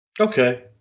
Okay